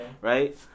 Right